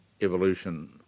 evolution